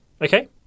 okay